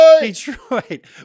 Detroit